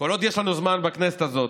כל עוד יש לנו זמן בכנסת הזאת,